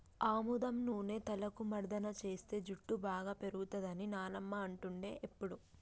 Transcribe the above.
ఆముదం నూనె తలకు మర్దన చేస్తే జుట్టు బాగా పేరుతది అని నానమ్మ అంటుండే ఎప్పుడు